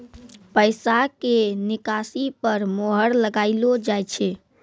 पैसा के निकासी पर मोहर लगाइलो जाय छै